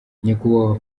nyakubahwa